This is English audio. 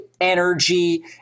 energy